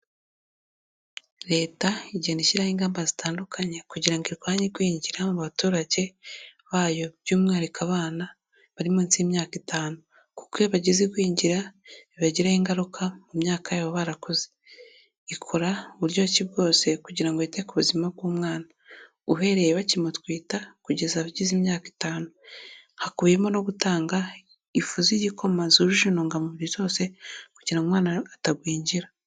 Leta igendaa ishyiraho ingamba zitandukanye kugira ngo irwanye igwingira mu baturage bayo, by'umwihariko abana bari munsi y'imyaka itanu kuko iyo bagize igwingira bibagiraho ingaruka mu myaka yabo barakuze, ikora buryo ki bwose kugira ngo yite ku buzima bw'umwana, uhereye bakimutwita kugeza agize imyaka itanu, hakubiyemo no gutanga ifu z'igikoma zujuje intungamubiri zose kugira ngo umwana atagwingira.